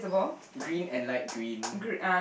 green and light green